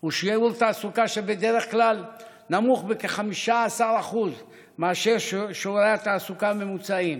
הוא שיעור תעסוקה שבדרך כלל נמוך בכ-15% מאשר שיעורי התעסוקה הממוצעים.